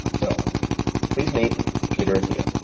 so please meet peter attia.